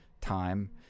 time